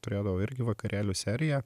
turėdavo irgi vakarėlių seriją